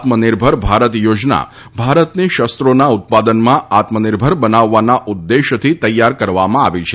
આત્મનિર્ભર ભારત યોજના ભારતને શસ્ત્રોના ઉત્પાદનમાં આત્મનિર્ભર બનાવવાના ઉદ્દેશથી તૈયાર કરવામાં આવી છે